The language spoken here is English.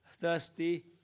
thirsty